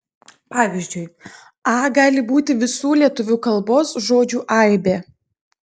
pavyzdžiui a gali būti visų lietuvių kalbos žodžių aibė